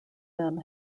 them